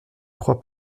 croix